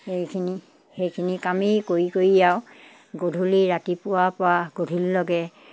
সেইখিনি সেইখিনি কামেই কৰি কৰি আৰু গধূলি ৰাতিপুৱাৰপৰা গধূলিলৈকে